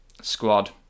squad